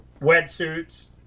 wetsuits